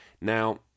Now